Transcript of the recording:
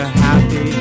happy